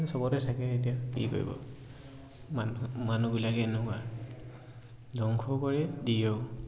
চবতে থাকে এতিয়া কি কৰিব মানুহ মানুহবিলাকে এনেকুৱা ধ্বংসও কৰে দিয়েওঁ